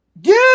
Dude